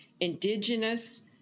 indigenous